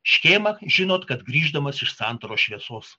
škėma žinot kad grįždamas iš santaros šviesos